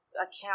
account